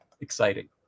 Exciting